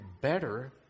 better